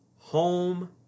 home